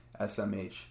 SMH